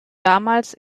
damals